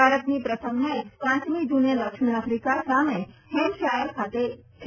ભારતની પ્રથમ મેચ પાંચમી જૂને દક્ષિણ આફિકા સામે હેમ્પશાયર ખાતે છે